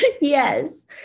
Yes